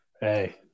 Hey